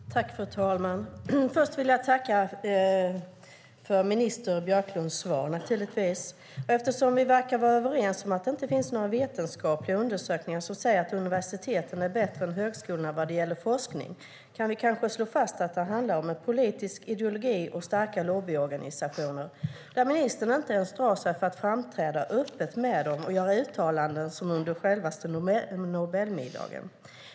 Fru talman! Först vill jag tacka utbildningsminister Jan Björklund för svaret. Eftersom vi verkar vara överens om att det inte finns några vetenskapliga undersökningar som säger att universiteten är bättre än högskolorna vad det gäller forskning kan vi kanske slå fast att det handlar om politisk ideologi och starka lobbyorganisationer, där ministern inte ens drar sig för att framträda öppet med dem och göra uttalanden under självaste Nobelmiddagen.